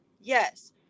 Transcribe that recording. Yes